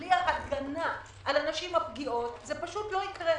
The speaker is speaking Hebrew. בלי ההגנה על הנשים הפגיעות זה פשוט לא יקרה.